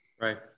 right